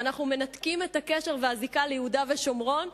ואנחנו מנתקים את הקשר והזיקה ליהודה ושומרון,